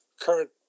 current